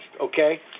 okay